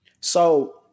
So-